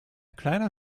kleiner